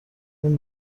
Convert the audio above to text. این